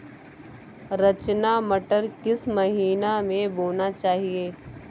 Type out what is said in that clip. रचना मटर किस महीना में बोना चाहिए?